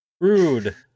Rude